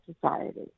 society